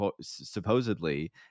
supposedly